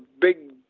big